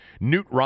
Newt